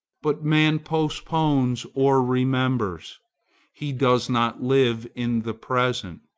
but man postpones or remembers he does not live in the present,